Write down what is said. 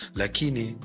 lakini